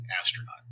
astronaut